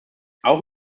auch